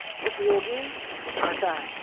उपयोगी भाषा है